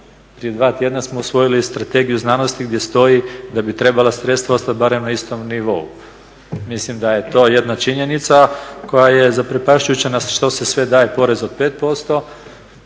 Prije 2 tjedna smo usvojili Strategiju znanosti gdje stoji da bi trebala sredstva ostati barem na istom nivou. Mislim da je to jedna činjenica koja je zaprepašćujuća na što se sve daje porez od 5%,